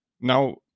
Now